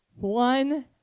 One